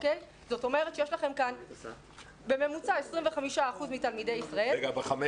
זאת אומרת שיש לכם כאן בממוצע 25% מתלמידי ישראל --- בחמש